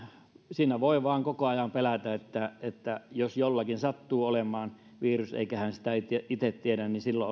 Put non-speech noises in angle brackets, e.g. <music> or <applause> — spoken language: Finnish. siinä voi vain koko ajan pelätä että että jos jollakin sattuu olemaan virus eikä hän sitä itse tiedä niin silloin <unintelligible>